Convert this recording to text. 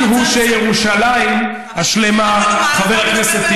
העתיד הוא של ירושלים השלמה, אבל כשאין